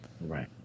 Right